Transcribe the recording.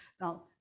Now